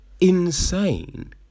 insane